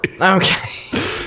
Okay